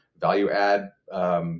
value-add